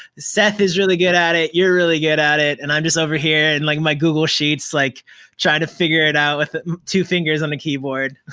seth is really good at it, you're really good at it, and i'm just over here in and like my google sheets, like trying to figure it out with two fingers on the keyboard.